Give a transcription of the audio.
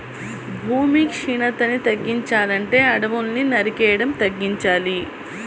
భూమి క్షీణతని తగ్గించాలంటే అడువుల్ని నరికేయడం తగ్గించాలి